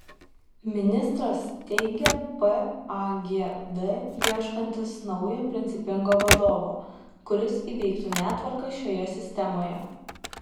ministras teigia pagd ieškantis naujo principingo vadovo kuris įveiktų netvarką šioje sistemoje